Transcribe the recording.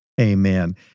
Amen